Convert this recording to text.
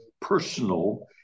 personal